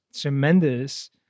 tremendous